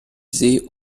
see